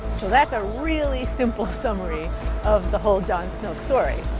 so that's a really simple summary of the whole john snow story.